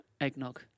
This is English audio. Eggnog